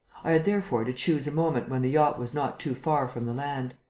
i had therefore to choose a moment when the yacht was not too far from the land.